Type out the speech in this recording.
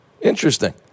Interesting